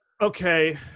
Okay